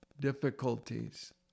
difficulties